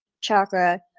chakra